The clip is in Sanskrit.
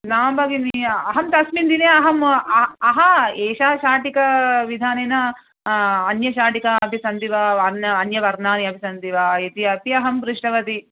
ना भगिनी अहं तस्मिन्दिने अहम् आ हा एषा शाटीका विधानेन अन्यशाटिका अपि सन्ति वा अन्य अन्यवर्णानि अपि सन्ति वा इति अपि अहं पृष्टवति